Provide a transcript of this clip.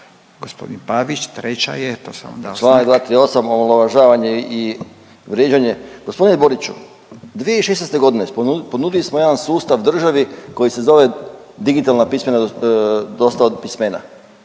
G. Pavić, treća je, to sam dao znak.